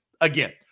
Again